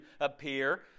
appear